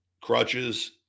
Crutches